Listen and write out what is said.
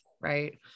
right